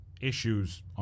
issues